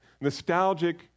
nostalgic